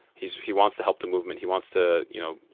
he he wants to help the movement. he wants to, you know,